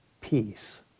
peace